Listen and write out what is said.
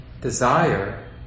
desire